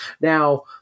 Now